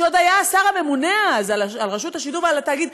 כשעוד היה השר הממונה אז על רשות השידור ועל התאגיד,